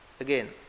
Again